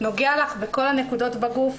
נוגע לך בכל הנקודות בגוף,